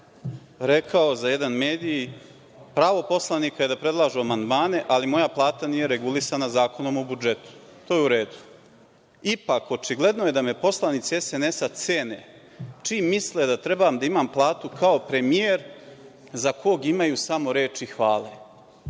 rekao za jedan medij: „Pravo poslanika je da predlažu amandmane, ali moja plata nije regulisana Zakonom o budžetu.“ To je u redu. „Ipak, očigledno je da me poslanici SNS-a cene, čim misle da treba da imam platu kao premijer za koga imaju samo reči hvale.“